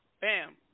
bam